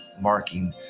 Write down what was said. marking